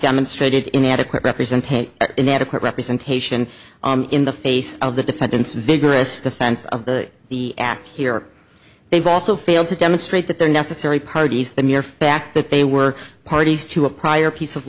demonstrated in the adequate representation in adequate representation in the face of the defendant's vigorous defense of the the act here they've also failed to demonstrate that they're necessary parties the mere fact that they were parties to a prior piece of